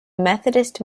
methodist